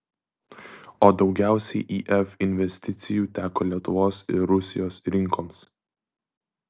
o daugiausiai if investicijų teko lietuvos ir rusijos rinkoms